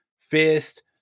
fist